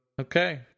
Okay